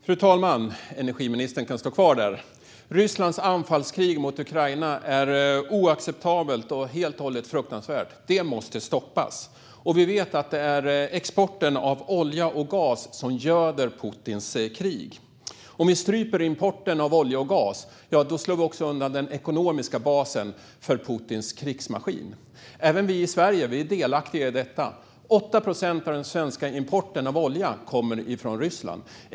Fru talman! Även jag har en fråga till energiministern. Rysslands anfallskrig mot Ukraina är oacceptabelt och helt fruktansvärt; det måste stoppas. Vi vet att det är exporten av olja och gas som göder Putins krig. Om vi stryper importen av olja och gas slår vi också undan den ekonomiska basen för Putins krigsmaskin. Även vi i Sverige är delaktiga i detta. Av den svenska importen av olja kommer 8 procent från Ryssland.